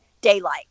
daylight